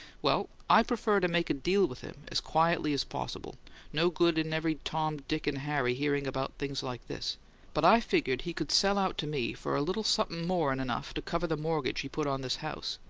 well, i'd prefer to make a deal with him as quietly as possible no good in every tom, dick and harry hearing about things like this but i figured he could sell out to me for a little something more'n enough to cover the mortgage he put on this house,